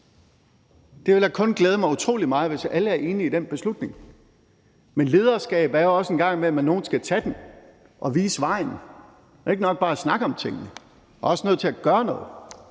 Det vil da kun glæde mig utrolig meget, hvis alle er enige i den beslutning, men lederskab består også en gang imellem i, at nogen skal tage den og vise vejen. Det er ikke nok bare at snakke om tingene. Man er også nødt til at gøre noget,